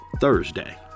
Thursday